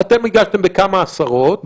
זאת אומרת שהגשתם בכמה עשרות,